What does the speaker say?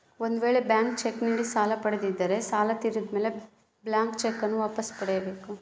ಒಂದು ವೇಳೆ blank cheque ನೀಡಿ ಸಾಲ ಪಡೆದಿದ್ದರೆ ಸಾಲ ತೀರಿದ ಮೇಲೆ ಬ್ಲಾಂತ್ ಚೆಕ್ ನ್ನು ವಾಪಸ್ ಪಡೆಯ ಬೇಕು